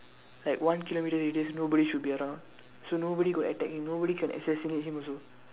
like one kilometer there is nobody should be around so nobody could attack him nobody can assassinate him also